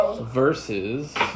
Versus